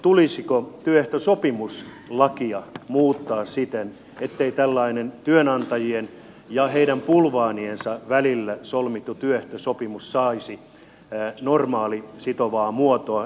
tulisiko työehtosopimuslakia muuttaa siten ettei tällainen työnantajien ja heidän bulvaaniensa välillä solmittu työehtosopimus saisi normaalisitovaa muotoa